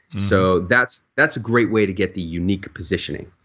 so, that's that's a great way to get the unique positioning.